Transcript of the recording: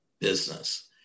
business